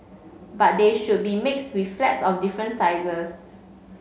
but they should be mixed with flats of different sizes